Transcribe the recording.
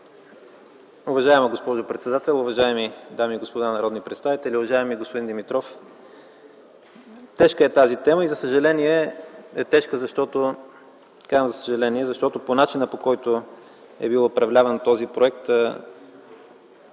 Уважаема госпожо председател, уважаеми дами и господа народни представители! Уважаеми господин Димитров, тежка е тази тема. За съжаление е тежка. Казвам - за съжаление, защото по начина, по който е бил управляван този проект,